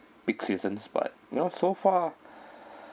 peak seasons but you know so far